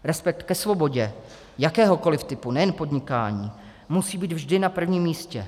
Respekt ke svobodě jakéhokoliv typu, nejen podnikání, musí být vždy na prvním místě.